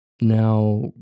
Now